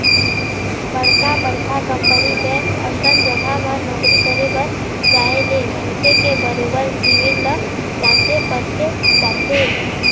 बड़का बड़का company bank असन जघा म नौकरी करे बर जाय ले मनखे के बरोबर सिविल ल जाँचे परखे जाथे